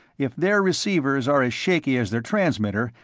if their receivers are as shaky as their transmitter,